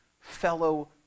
fellow